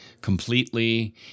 completely